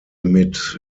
mit